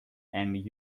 and